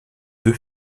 deux